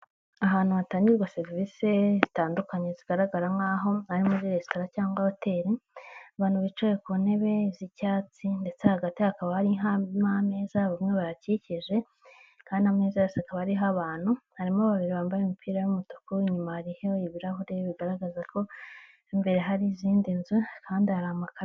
Ahantu hatangirwa serivisi zitandukanye zigaragara nk'aho ari muri resitora cyangwa hoteli, abantu bicaye ku ntebe z'icyatsi ndetse hagati hakaba harimo ameza bamwe bayakikije kandi ameza yose akaba ariho abantu, harimo babiri bambaye imipira y'umutuku, inyuma hariho ibirahure bigaragaza ko imbere hari izindi nzu kandi hari amakaro.